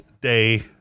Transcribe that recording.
Day